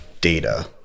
data